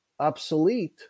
obsolete